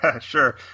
Sure